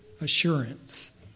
assurance